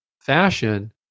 fashion